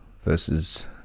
versus